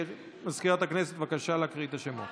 מזכירת הכנסת, בבקשה להקריא את השמות.